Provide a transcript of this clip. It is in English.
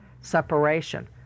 separation